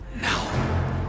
now